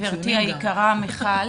גבירתי היקרה, מיכל,